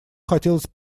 хотелось